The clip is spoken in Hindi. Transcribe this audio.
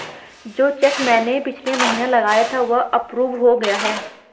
जो चैक मैंने पिछले महीना लगाया था वह अप्रूव हो गया है